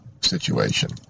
situation